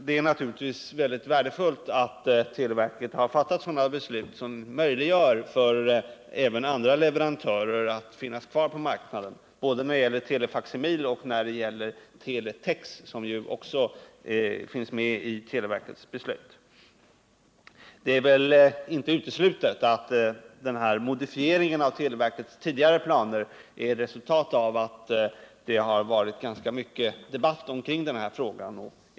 Det är naturligtvis väldigt värdefullt att televerket har fattat sådana beslut som möjliggör även för andra leverantörer att finnas kvar på marknaden både när det gäller telefaksimil och när det gäller teletex, som också finns med i televerkets beslut. Det är väl inte uteslutet att denna modifiering av televerkets tidigare planer är resultatet av att det har förts en ganska stor debatt kring denna fråga.